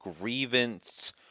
grievance